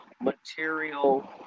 material